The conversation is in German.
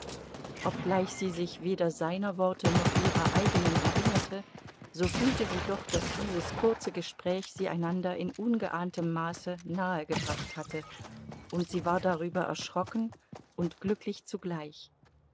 obgleich sie sich weder seiner worte noch ihrer eigenen erinnerte so fühlte sie doch daß dieses kurze gespräch sie einander in ungeahntem maße nahegebracht hatte und sie war darüber erschrocken und glücklich zugleich